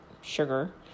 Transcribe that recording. sugar